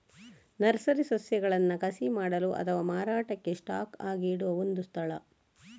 nursery ಸಸ್ಯಗಳನ್ನ ಕಸಿ ಮಾಡಲು ಅಥವಾ ಮಾರಾಟಕ್ಕೆ ಸ್ಟಾಕ್ ಆಗಿ ಇಡುವ ಒಂದು ಸ್ಥಳ